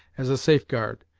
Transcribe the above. as a safeguard.